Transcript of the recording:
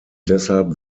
deshalb